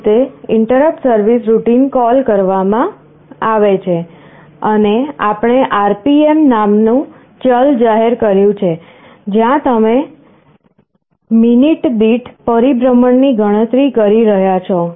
આ રીતે interrupt service routine call કરવામાં આવે છે અને આપણે RPM નામનું ચલ જાહેર કર્યું છે જ્યાં તમે મિનિટ દીઠ પરિભ્રમણ ની ગણતરી કરી રહ્યા છો